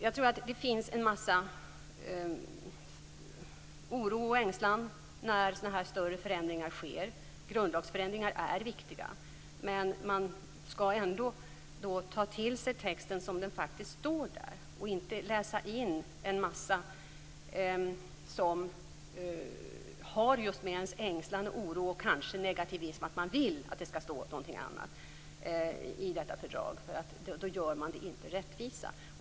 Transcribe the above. Jag tror att det finns en massa oro och ängslan när sådana här större förändringar sker. Grundlagsförändringar är viktiga. Men man skall ändå ta till sig texten som den faktiskt är, och inte läsa in en massa som har just med ens ängslan, oro och negativism att göra. Man kanske vill att det skall stå något annat i detta fördrag. Då gör man det inte rättvisa.